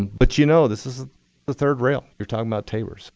but you know, this is the third rail. you're talking about tabor, so